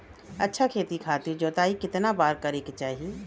अच्छा खेती खातिर जोताई कितना बार करे के चाही?